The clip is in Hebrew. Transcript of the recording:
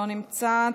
לא נמצא,